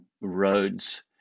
roads